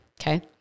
Okay